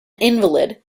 invalid